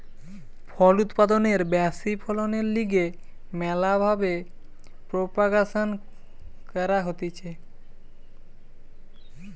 ফল উৎপাদনের ব্যাশি ফলনের লিগে ম্যালা ভাবে প্রোপাগাসন ক্যরা হতিছে